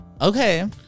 Okay